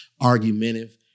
argumentative